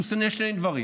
והוא עושה שני דברים: